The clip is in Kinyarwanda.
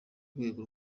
rwego